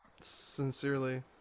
sincerely